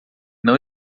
não